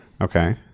Okay